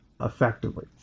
effectively